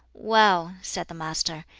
well, said the master,